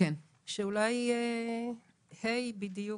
שאולי ה' בדיוק,